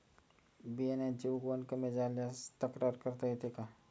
बियाण्यांची उगवण कमी झाल्यास तक्रार करता येते का?